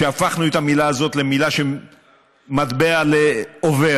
כשהפכנו את המילה הזאת למילה של מטבע עובר.